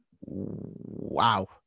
wow